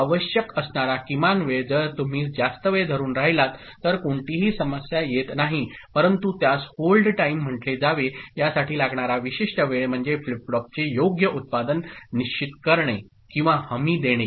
आवश्यक असणारा किमान वेळ जर तुम्ही जास्त वेळ धरुन राहिला तर कोणतीही समस्या येत नाही परंतु त्यास होल्ड टाईम म्हटले जावे यासाठी लागणारा विशिष्ट वेळ म्हणजे फ्लिप फ्लॉपचे योग्य उत्पादन निश्चित करणे किंवा हमी देणे